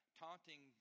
taunting